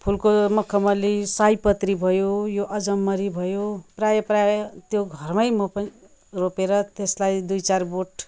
फुलको मखमली सयपत्री भयो यो अजम्बरी भयो प्रायः प्रायः त्यो घरमै म पनि रोपेर त्यसलाई दुई चार बोट